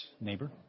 Neighbor